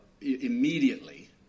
immediately